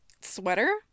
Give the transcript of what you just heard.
sweater